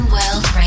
World